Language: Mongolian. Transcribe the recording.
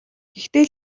гэхдээ